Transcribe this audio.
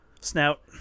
Snout